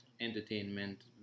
entertainment